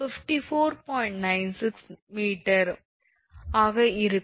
96 m ஆக இருக்கும்